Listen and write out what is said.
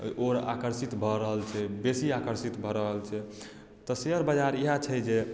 ओर आकर्षित भऽ रहल छै बेसी आकर्षित भऽ रहल छै तऽ शेयर बाजार इएह छै जे